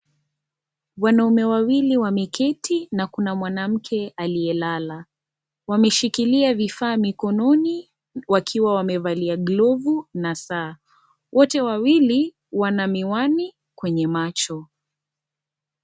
Wanaume wawili wameketi na kuna mwanamke aliyelala, wameshikilia vifaa mikononi wakiwa wamevalia glovu na saa. Wote wawili wana miwani kwenye macho.